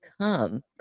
come